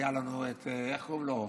היה לנו, איך קוראים לו?